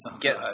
get